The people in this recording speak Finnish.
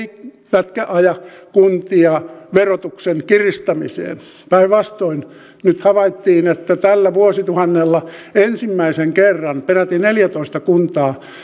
eivätkä aja kuntia verotuksen kiristämiseen päinvastoin nyt havaittiin että tällä vuosituhannella ensimmäisen kerran peräti neljätoista kuntaa